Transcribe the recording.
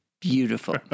Beautiful